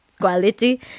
quality